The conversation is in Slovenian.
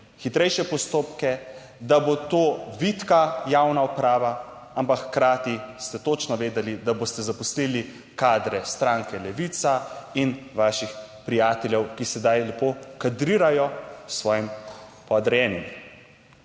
hitrejše postopke, da bo to vitka javna uprava. Ampak hkrati ste točno vedeli, da boste zaposlili kadre stranke Levica in vaših prijateljev, ki sedaj lepo kadrirajo svojim podrejenim.